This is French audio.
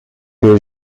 que